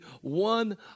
one